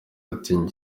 ati